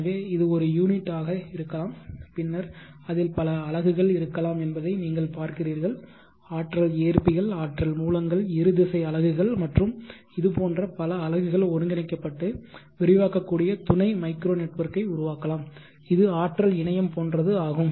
எனவே இது ஒரு யூனிட்டாக இருக்கலாம் பின்னர் அதில் பல அலகுகள் இருக்கலாம் என்பதை நீங்கள் பார்க்கிறீர்கள் ஆற்றல் ஏற்பிகள்ஆற்றல் மூலங்கள் இரு திசை அலகுகள் மற்றும் இதுபோன்ற பல அலகுகள் ஒருங்கிணைக்கப்பட்டு விரிவாக்கக்கூடிய துணை மைக்ரோ நெட்வொர்க்கை உருவாக்கலாம் இது ஆற்றல் இணையம் போன்றது ஆகும்